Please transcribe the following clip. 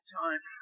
time